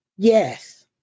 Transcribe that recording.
Yes